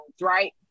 right